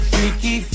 Freaky